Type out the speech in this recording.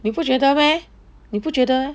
你不觉得 meh 你不觉得